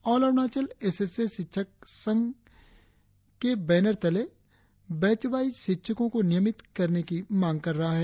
all Arunachal S A शिक्षक संघ वर्षों से बैच वाईस शिक्षकों को नियमित करने की मांग कर रहा है